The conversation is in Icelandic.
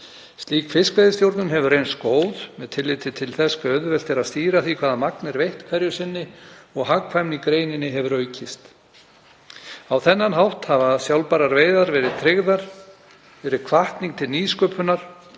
Slík fiskveiðistjórn hefur reynst góð með tilliti til þess hve auðvelt er að stýra því hvaða magn er veitt hverju sinni og hagkvæmni í greininni hefur aukist. Á þennan hátt hafa sjálfbærar veiðar verði tryggðar, verið hvatning til nýsköpunar